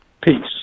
Peace